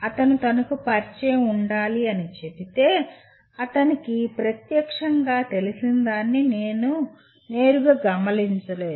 అతను తనకు పరిచయం ఉండాలి అని చెబితే అతనికి ప్రత్యక్షంగా తెలిసినదాన్ని నేను నేరుగా గమనించలేను